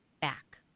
back